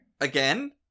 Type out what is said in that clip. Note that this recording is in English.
Again